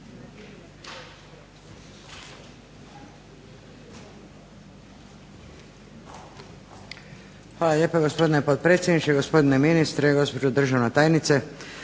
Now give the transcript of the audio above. Hvala lijepo gospodine potpredsjedniče, gospodine ministre, gospođo državna tajnice.